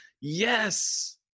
yes